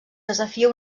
desafia